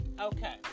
okay